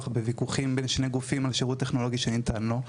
בוויכוחים בין שני גופים על שירות טכנולוגי שניתן לו,